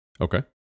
Okay